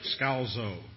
Scalzo